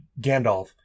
Gandalf